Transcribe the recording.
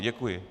Děkuji.